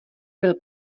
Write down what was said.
byl